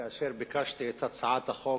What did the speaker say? כאשר ביקשתי את הצעת החוק,